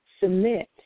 submit